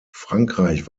frankreich